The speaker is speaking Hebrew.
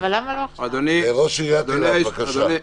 ראש עיריית אילת, בבקשה.